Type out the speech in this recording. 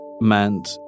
meant